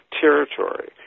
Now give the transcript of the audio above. territory